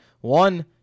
one